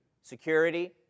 Security